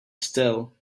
still